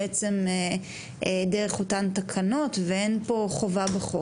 בעצם דרך אותן תקנות ואין פה חובה בחוק